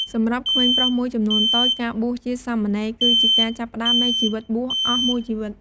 សម្រាប់ក្មេងប្រុសមួយចំនួនតូច ការបួសជាសាមណេរ គឺជាការចាប់ផ្ដើមនៃជីវិតបួសអស់មួយជីវិត។